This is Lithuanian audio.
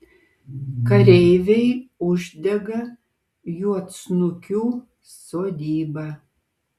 kareiviai uždega juodsnukių sodybą